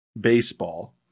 baseball